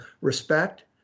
respect